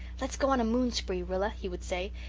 let's go on a moon-spree, rilla, he would say,